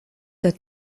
der